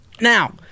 now